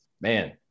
man